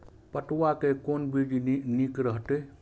पटुआ के कोन बीज निक रहैत?